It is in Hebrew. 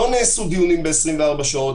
לא נעשו דיונים ב-24 שעות.